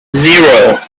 zero